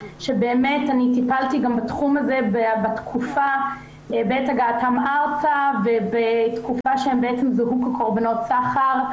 טיפלתי בתחום הזה בעת הגעתן ארצה ובתקופה שהן זוהו כקורבנות סחר.